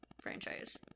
franchise